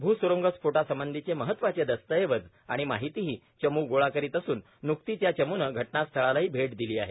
भूसुरुंगस्फोटासंबंधीचे महत्वाचे दस्तऐवज आणि माहितीही चमू गोळी करीत असूनए न्कतीच या चमूनं घटनास्थळालाही भैट दिली आहे